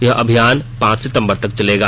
यह अभियान पांच सितंबर तक चलेगा